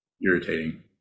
irritating